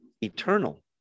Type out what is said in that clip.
eternal